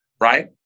right